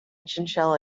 chinchilla